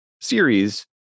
series